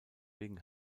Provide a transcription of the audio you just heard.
wegen